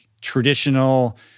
traditional